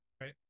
Right